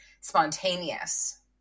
spontaneous